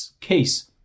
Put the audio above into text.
case